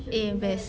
eh best